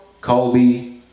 Kobe